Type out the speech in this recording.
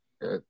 Good